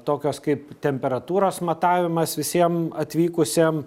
tokios kaip temperatūros matavimas visiem atvykusiem